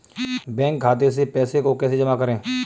Bank खाते से पैसे को कैसे जमा करें?